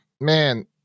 man